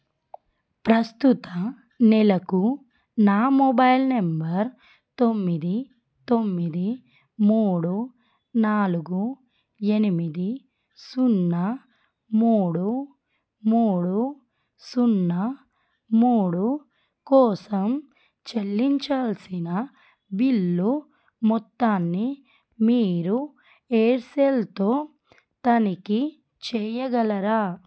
ప్రస్తుత నెలకు నా మొబైల్ నెంబర్ తొమ్మిది తొమ్మిది మూడు నాలుగు ఎనిమిది సున్నా మూడు మూడు సున్నా మూడు కోసం చెల్లించాల్సిన బిల్లు మొత్తాన్ని మీరు ఎయిర్సెల్తో తనిఖీ చెయ్యగలరా